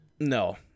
No